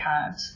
cards